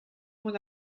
mon